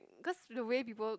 cause the way people